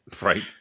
Right